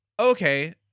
Okay